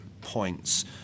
points